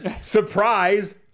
Surprise